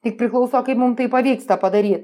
tik priklauso kaip mum tai pavyksta padaryt